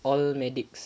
all medics